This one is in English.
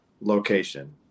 location